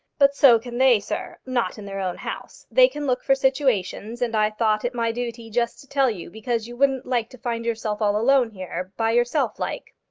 but so can they, sir not in their own house. they can look for situations, and i thought it my duty just to tell you, because you wouldn't like to find yourself all alone here, by yourself like.